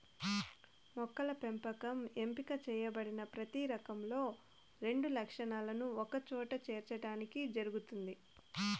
మొక్కల పెంపకం ఎంపిక చేయబడిన ప్రతి రకంలో రెండు లక్షణాలను ఒకచోట చేర్చడానికి జరుగుతుంది